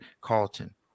Carlton